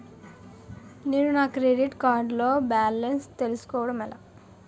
నేను నా credit card లో బాలన్స్ తెలుసుకోవడం ఎలా?